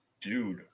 dude